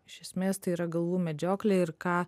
iš esmės tai yra galvų medžioklė ir ką